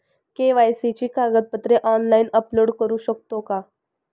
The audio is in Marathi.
के.वाय.सी ची कागदपत्रे ऑनलाइन अपलोड करू शकतो का?